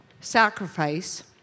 sacrifice